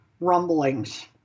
rumblings